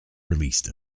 released